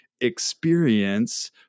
experience